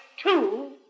Two